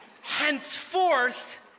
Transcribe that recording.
Henceforth